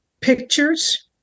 pictures